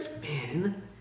Man